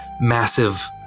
massive